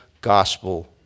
gospel